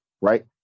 right